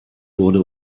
wurde